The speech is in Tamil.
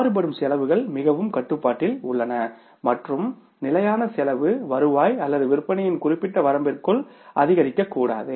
மாறுபடும் செலவுகள் மிகவும் கட்டுப்பாட்டில் உள்ளன மற்றும் நிலையான செலவு வருவாய் அல்லது விற்பனையின் குறிப்பிட்ட வரம்பிற்குள் அதிகரிக்கக்கூடாது